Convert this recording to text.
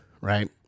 right